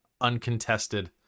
uncontested